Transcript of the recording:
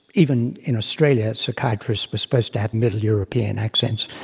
even in australia, psychiatrists were supposed to have middle-european accents.